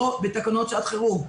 או בתקנות שעת חירום.